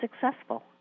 successful